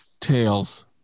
Tails